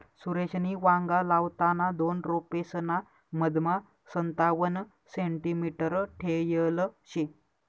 सुरेशनी वांगा लावताना दोन रोपेसना मधमा संतावण सेंटीमीटर ठेयल शे